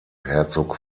herzog